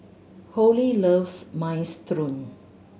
Holli loves Minestrone